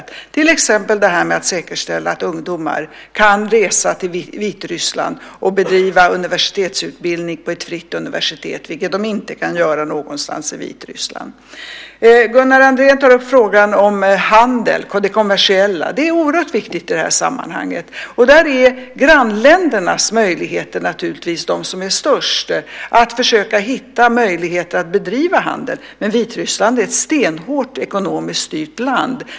Det gäller till exempel arbetet med att säkerställa att ungdomar kan resa till Vitryssland och bedriva universitetsutbildning på ett fritt universitet, vilket de inte kan göra någonstans i Vitryssland. Gunnar Andrén tar upp frågan om handel och det kommersiella. Det är oerhört viktigt i det här sammanhanget, och där har naturligtvis grannländerna de största möjligheterna. Det gäller att försöka hitta möjligheter att bedriva handel, men Vitryssland är ett ekonomiskt stenhårt styrt land.